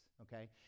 okay